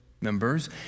members